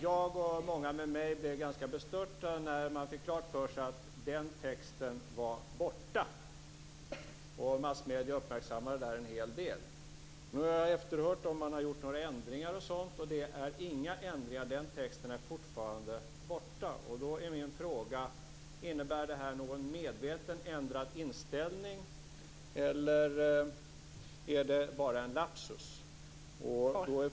Jag och många med mig blev ganska bestörta när vi fick klart för oss att den texten var borta, något som också massmedierna uppmärksammade en hel del. Jag har efterhört om man har gjort några ändringar, men några sådana har inte skett. Den texten är fortfarande borta. Då är min fråga: Innebär detta någon medvetet ändrad inställning eller är det bara en lapsus?